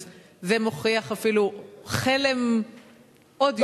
אז זה מוכיח אפילו חלם עוד יותר.